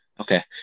Okay